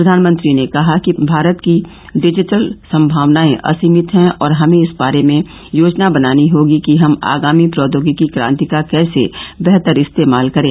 प्रधानमंत्री ने कहा कि भारत की डिजिटल सम्भावनाए असीमित हैं और हमें इस बारे में योजना बनानी होगी कि हम आगामी प्रौद्योगिकी क्रांति का कैसे बेहतर इस्तेमाल करें